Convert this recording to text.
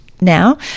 now